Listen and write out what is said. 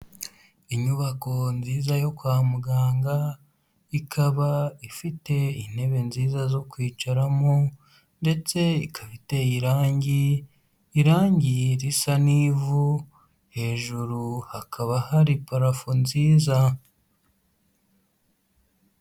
Inyubako nziza yo kwa muganga, ikaba ifite intebe nziza zo kwicaramo ndetse ikaba iteye irangi, irangi risa n'ivu, hejuru hakaba hari parafo nziza.